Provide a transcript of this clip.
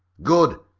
good!